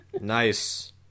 Nice